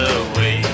away